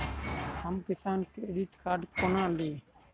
हम Kisan credit card कोना ली?